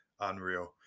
unreal